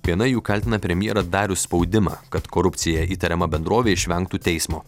viena jų kaltina premjerą darius spaudimą kad korupcija įtariama bendrovė išvengtų teismo